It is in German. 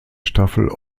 staffel